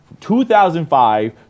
2005